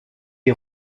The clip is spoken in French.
est